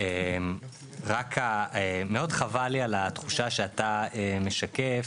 מאוד חבל לי על התחושה שאתה משקף